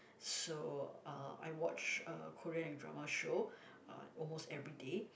so uh I watch uh Korean and drama show uh almost everyday